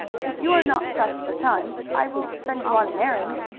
if you are not pressed for time, i will send you on an errand.